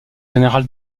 général